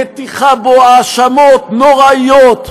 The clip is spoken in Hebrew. מטיחה בו האשמות נוראות,